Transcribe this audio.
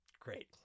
Great